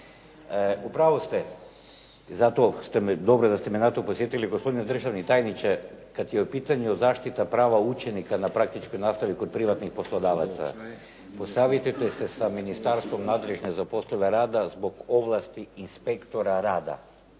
U pravu ste i zato ste, dobro da ste me na to podsjetili. Gospodine državni tajniče, kad je u pitanju zaštita prava učenika na praktičnoj nastavi kod privatnih poslodavaca, posavjetujte se sa ministarstvom nadležne za poslove rada zbog ovlasti inspektora rada